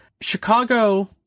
Chicago